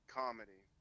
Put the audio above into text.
comedy